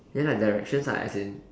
ya lah the directions lah as in